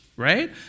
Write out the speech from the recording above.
Right